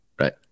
right